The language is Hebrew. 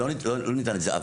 זה רק